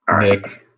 Next